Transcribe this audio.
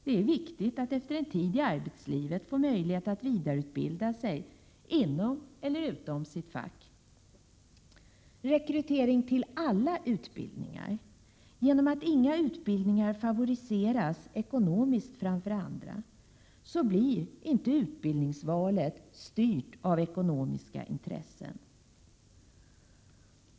Det är viktigt att man efter en tidi arbetslivet får möjlighet att vidareutbilda sig inom eller utom sitt fack. e Rekrytering till alla utbildningar. Genom att inga utbildningar favoriseras ekonomiskt framför andra blir inte utbildningsvalet styrt av ekonomiska intressen.